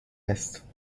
است